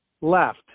left